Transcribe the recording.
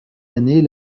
années